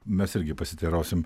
mes irgi pasiteirausim